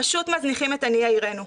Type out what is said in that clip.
פשוט מזניחים את עניי עירנו.